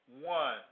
one